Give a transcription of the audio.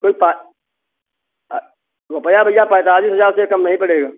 कोई रुपये भैया पैंतालीस हज़ार से कम नहीं पड़ेगा